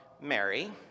Mary